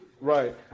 right